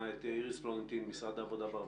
את איריס פלורנטין ממשרד העבודה והרווחה.